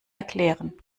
erklären